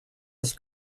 els